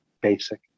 basic